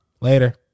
Later